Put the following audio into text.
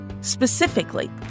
Specifically